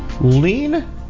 Lean